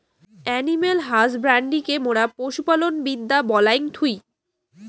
animal হাসব্যান্ড্রিকে মোরা পশু পালন বিদ্যা বলাঙ্গ থুই